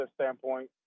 standpoint